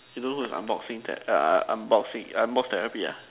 you know who is unboxing that uh uh unboxing unbox therapy ah